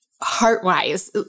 heart-wise